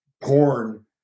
porn